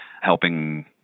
helping